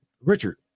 Richard